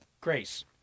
grace